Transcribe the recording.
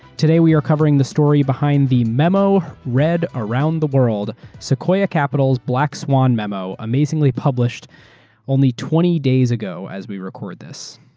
today, we are covering the story behind the memo read around the world, sequoia capitalaeurs black swan memo, amazingly published only twenty days ago as we record this.